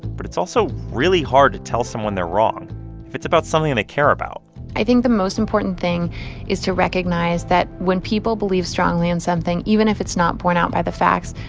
but it's also really hard to tell someone they're wrong if it's about something they care about i think the most important thing is to recognize that when people believe strongly in something, even if it's not point out by the facts,